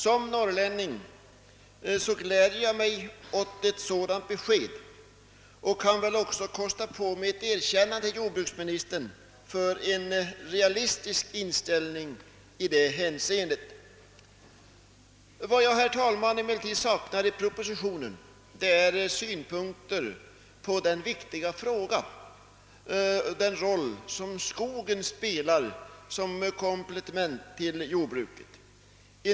Som norrlänning gläder jag mig åt ett sådant besked och kan väl också kosta på mig ett erkännande till jordbruksministern för en realistisk inställning i det hänseendet. Vad jag, herr talman, emellertid saknar i propositionen är synpunkter på den viktiga roll som skogen spelar som komplement till jordbruket.